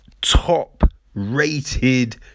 top-rated